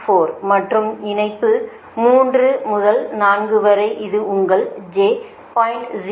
4 மற்றும் இணைப்பு 3 முதல் 4 வரை இது உங்கள் j 0